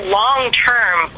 long-term